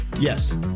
Yes